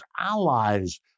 allies